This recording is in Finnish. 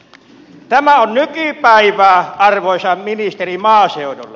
tämä on nykypäivää arvoisa ministeri maaseudulla